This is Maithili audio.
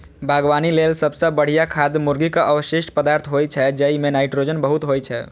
बागवानी लेल सबसं बढ़िया खाद मुर्गीक अवशिष्ट पदार्थ होइ छै, जइमे नाइट्रोजन बहुत होइ छै